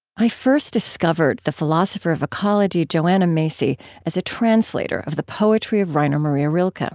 i first discovered the philosopher of ecology joanna macy as a translator of the poetry of rainer maria rilke.